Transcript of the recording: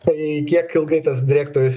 tai kiek ilgai tas direktorius